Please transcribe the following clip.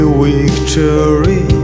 victory